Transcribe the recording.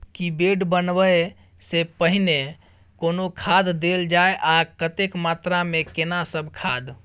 की bed बनबै सॅ पहिने कोनो खाद देल जाय आ कतेक मात्रा मे केना सब खाद?